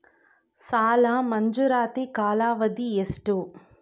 ಸಾಲ ಮಂಜೂರಾತಿ ಕಾಲಾವಧಿ ಎಷ್ಟು?